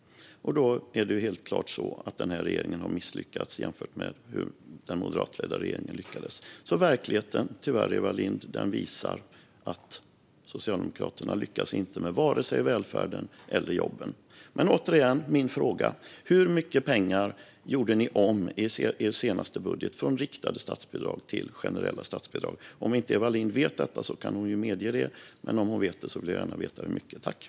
Då är det helt klart så att den här regeringen har misslyckats jämfört med hur den moderatledda regeringen lyckades. Tyvärr, Eva Lindh, visar verkligheten alltså att Socialdemokraterna inte lyckas vare sig med välfärden eller med jobben. Min fråga är återigen: Hur mycket pengar gjorde ni i er senaste budget om från riktade till generella statsbidrag? Om inte Eva Lindh vet detta kan hon ju medge det, men om hon vet det vill jag gärna veta hur mycket det var.